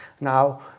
now